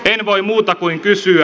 en voi muuta kuin kysyä